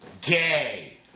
gay